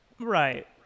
Right